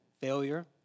Failure